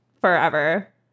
forever